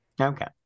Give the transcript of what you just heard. Okay